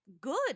good